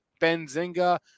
Benzinga